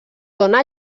dóna